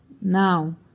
Now